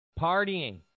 partying